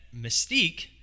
Mystique